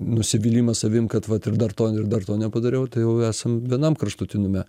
nusivylimą savim kad vat ir dar to ir dar to nepadariau tai jau esam vienam kraštutinume